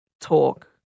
talk